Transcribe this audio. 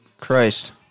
Christ